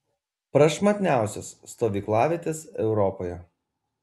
prašmatniausios stovyklavietės europoje